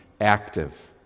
active